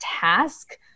task